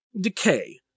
decay